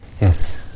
Yes